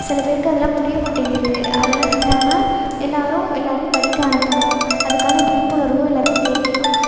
சில பேருக்கு அதல்லாம் புரியமாட்டேங்குது அதல்லாம் இல்லாமல் எல்லோரும் எல்லோரையும் படிக்க அனுப்பணும் அதுக்கான விழிப்புணர்வும் எல்லோருக்கும் தெரியணும்